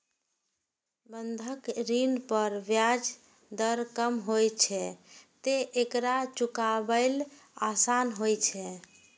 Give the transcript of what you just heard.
बंधक ऋण पर ब्याज दर कम होइ छैं, तें एकरा चुकायब आसान होइ छै